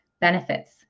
benefits